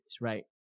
right